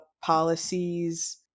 policies